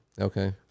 Okay